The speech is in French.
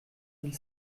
mille